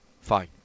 Fine